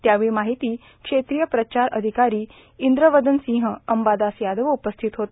त्यावेळी माहिती क्षेत्रीय प्रचार अधिकारी इन्द्रवदन सिंह अंबादास यादव उपस्थित होते